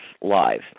Live